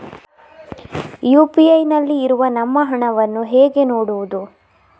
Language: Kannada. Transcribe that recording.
ಯು.ಪಿ.ಐ ನಲ್ಲಿ ಇರುವ ನಮ್ಮ ಹಣವನ್ನು ಹೇಗೆ ನೋಡುವುದು?